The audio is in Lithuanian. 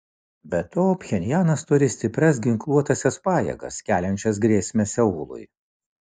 be to pchenjanas turi stiprias ginkluotąsias pajėgas keliančias grėsmę seului